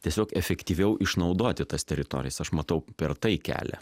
tiesiog efektyviau išnaudoti tas teritorijas aš matau per tai kelią